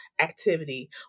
activity